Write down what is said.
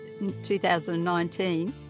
2019